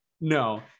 No